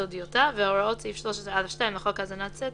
והוראות סעיף 13(א)(2) לחוק האזנת סתר,